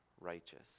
righteous